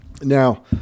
Now